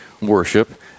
worship